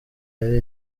yari